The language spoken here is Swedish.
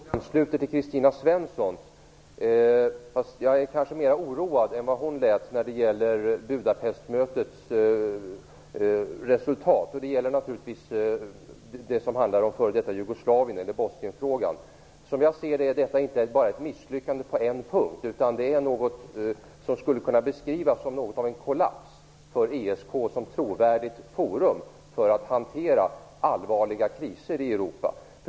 Fru talman! Min fråga ansluter till Kristina Svenssons, fast jag är kanske mer oroad än vad hon lät när det gäller Budapestmötets resultat. Det gäller naturligtvis det som handlar om f.d. Jugoslavien, Som jag ser det är detta inte bara ett misslyckande på en punkt utan något som skulle kunna beskrivas som något av en kollaps för ESK som trovärdigt forum för att hantera allvarliga kriser i Europa.